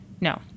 No